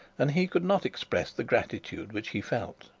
and he could not express the gratitude which he felt.